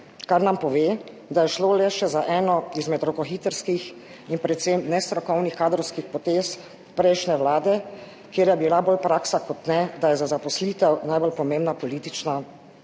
kar nam pove, da je šlo le še za eno izmed rokohitrskih in predvsem nestrokovnih kadrovskih potez prejšnje vlade, kjer je bila bolj kot ne praksa, da je za zaposlitev najbolj pomembna politična